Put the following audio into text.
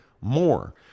more